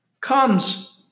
comes